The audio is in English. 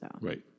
Right